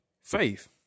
faith